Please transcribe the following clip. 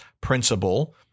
principle